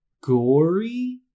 gory